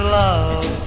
love